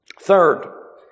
Third